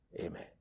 Amen